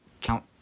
Count